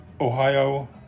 Ohio